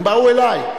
הם באו אלי.